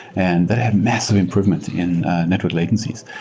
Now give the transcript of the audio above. and that have massive improvement in network latencies.